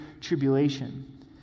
tribulation